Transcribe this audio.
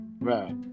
Right